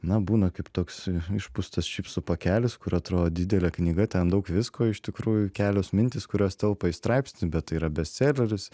na būna kaip toks išpūstas čipsų pakelis kur atrodo didelė knyga ten daug visko o iš tikrųjų kelios mintys kurios telpa į straipsnį bet tai yra bestseleris